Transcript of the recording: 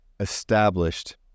established